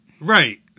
Right